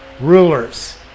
rulers